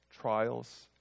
trials